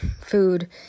food